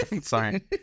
Sorry